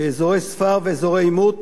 באזורי ספר ואזורי עימות,